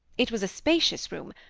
it was a spacious room,